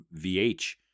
VH